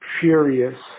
furious